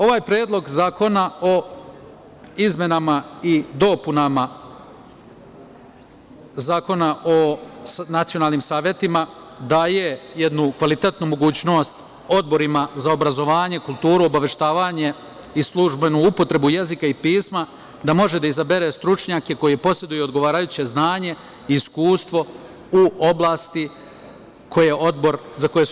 Ovaj predlog zakona o izmenama i dopunama Zakona o nacionalnim savetima daje jednu kvalitetnu mogućnost odborima za obrazovanje, kulturu, obaveštavanje i službenu upotrebu jezika i pisma, da može da izabere stručnjake koji poseduju odgovarajuće znanje, iskustvo u oblasti za koje se